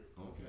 Okay